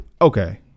okay